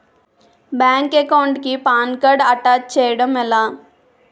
Bank account కి PAN card attach చేయడం ఎలా?